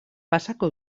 pasako